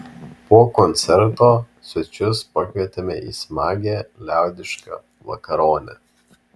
po koncerto svečius pakvietėme į smagią liaudišką vakaronę